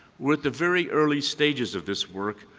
we're at the very early stages of this work,